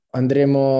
andremo